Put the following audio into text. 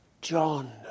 John